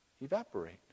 evaporate